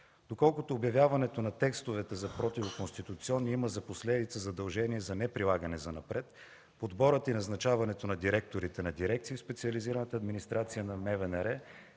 Доколкото обявяването на текстовете за противоконституционни има за последица задължение за неприлагане занапред, подборът и назначаването на директорите на дирекции в специализираната администрация на